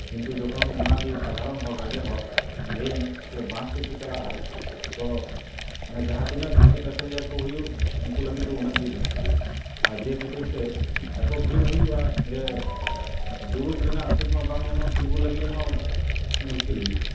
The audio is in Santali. ᱠᱤᱱᱛᱩ ᱚᱱᱟᱜᱮ ᱡᱚᱠᱷᱚᱱ ᱨᱮᱜᱮᱡ ᱦᱚᱲ ᱴᱨᱮᱱ ᱥᱮ ᱵᱟᱥ ᱛᱮᱠᱚ ᱪᱟᱞᱟᱜᱼᱟ ᱛᱳ ᱢᱟᱱᱮ ᱡᱟᱦᱟᱸ ᱛᱤᱱᱟᱜ ᱵᱮᱥᱤ ᱯᱮᱥᱮᱧᱡᱟᱨ ᱠᱚ ᱦᱩᱭᱩᱜ ᱩᱱᱠᱩ ᱞᱟᱹᱜᱤᱫ ᱫᱚ ᱩᱱᱟᱹᱜ ᱜᱮ ᱵᱷᱟᱹᱞᱤ ᱟᱨ ᱡᱮ ᱠᱷᱟᱹᱛᱤᱨ ᱛᱮ ᱮᱛᱳ ᱵᱷᱤᱲ ᱦᱩᱭᱩᱜᱼᱟ ᱡᱮ ᱫᱩᱲᱩᱵ ᱨᱮᱱᱟᱜ ᱥᱤᱴᱢᱟ ᱵᱟᱝ ᱧᱟᱢᱚᱜ ᱛᱤᱜᱩ ᱞᱟᱹᱜᱤᱫ ᱦᱚᱸ ᱢᱩᱥᱠᱤᱞ ᱦᱩᱭᱩᱜ ᱛᱮ